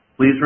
Please